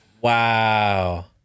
Wow